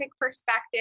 perspective